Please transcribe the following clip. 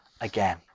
again